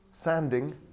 Sanding